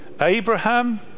Abraham